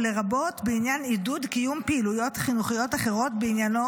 לרבות בעניין עידוד קיום פעילויות חינוכיות אחרות בעניינו